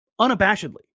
unabashedly